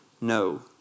No